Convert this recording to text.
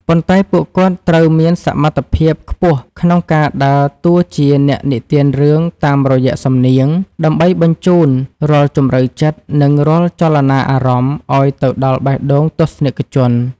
ប៉ុន្តែពួកគាត់ត្រូវមានសមត្ថភាពខ្ពស់ក្នុងការដើរតួជា អ្នកនិទានរឿងតាមរយៈសំនៀង ដើម្បីបញ្ជូនរាល់ជម្រៅចិត្ត និងរាល់ចលនាអារម្មណ៍ឱ្យទៅដល់បេះដូងទស្សនិកជន។